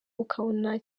ukabona